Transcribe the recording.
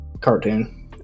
cartoon